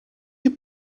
your